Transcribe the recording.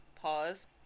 pause